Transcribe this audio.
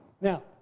Now